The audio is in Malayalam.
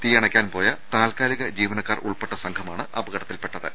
തീ അണയ്ക്കാൻ പോയ താൽക്കാലിക ജീവന ക്കാർ ഉൾപ്പെട്ട സംഘമാണ് അപകടത്തിൽപ്പെട്ടത്